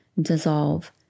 dissolve